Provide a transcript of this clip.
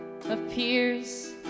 appears